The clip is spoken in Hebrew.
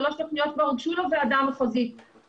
שלוש תוכניות כבר הוגשו לוועדה המחוזית.